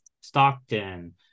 Stockton